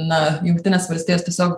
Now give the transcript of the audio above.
na jungtinės valstijos tiesiog